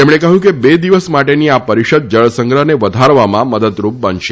તેમણે કહ્યું કે બે દિવસ માટેની આ પરિષદ જળસંગ્રહને વધારવામાં મદદરૂપ બનશે